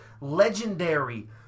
legendary